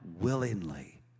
willingly